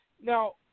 now